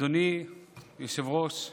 אדוני יושב-ראש הכנסת,